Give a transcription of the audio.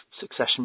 succession